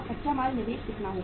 कच्चा माल निवेश कितना होगा